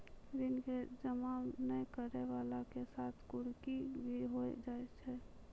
ऋण के जमा नै करैय वाला के साथ कुर्की भी होय छै कि?